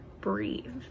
breathe